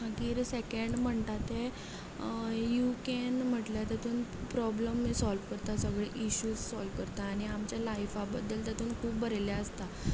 मागीर सेकँड म्हणटा तें यू कॅन म्हटल्या तितून प्रोब्लेम हें सोल्व करता सगलें इश्यूस सोल्व करता आनी आमच्या लायफा बद्दल तातून खूब बरयल्लें आसा